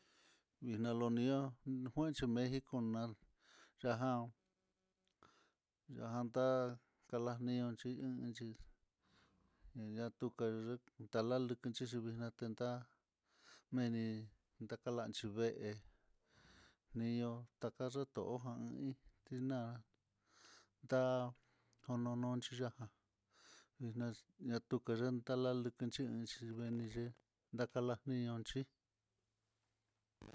Minalomi'á nujun xhi mexico nal ñajan, ñajan ta'á kalanio xhin xhí en niatuke ye'e latalike xhin xhixvixnate nda veeni lakalanxhi vee kayotoján, hí na'a nda konochi ya'a ján vidnex ñatuken ye'e tala lukechin xhinguen niyee ndakala ni nionxhi.